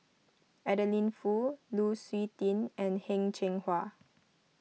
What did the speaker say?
Adeline Foo Lu Suitin and Heng Cheng Hwa